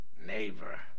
neighbor